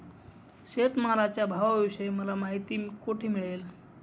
शेतमालाच्या भावाविषयी मला माहिती कोठे मिळेल?